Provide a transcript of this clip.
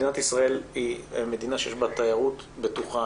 מדינה ישראל היא מדינה שיש בה תיירות בטוחה,